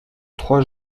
trois